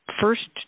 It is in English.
First